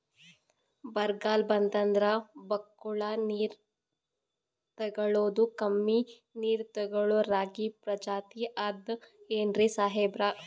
ಬರ್ಗಾಲ್ ಬಂತಂದ್ರ ಬಕ್ಕುಳ ನೀರ್ ತೆಗಳೋದೆ, ಕಮ್ಮಿ ನೀರ್ ತೆಗಳೋ ರಾಗಿ ಪ್ರಜಾತಿ ಆದ್ ಏನ್ರಿ ಸಾಹೇಬ್ರ?